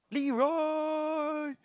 Leroy